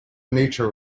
nature